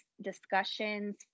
discussions